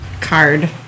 card